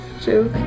joke